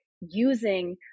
using